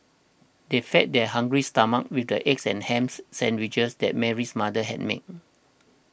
they fed their hungry stomachs with the egg and ham sandwiches that Mary's mother had made